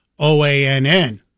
OANN